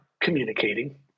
communicating